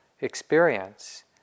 experience